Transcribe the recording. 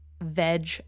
veg